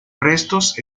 restos